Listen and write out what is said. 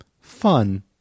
fun